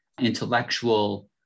intellectual